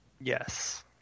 Yes